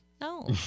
no